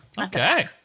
Okay